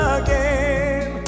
again